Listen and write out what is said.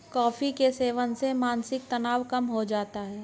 coffee के सेवन से मानसिक तनाव कम हो जाता है